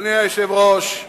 אדוני היושב-ראש,